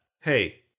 Hey